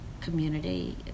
community